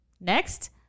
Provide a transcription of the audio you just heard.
Next